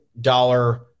dollar